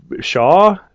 Shaw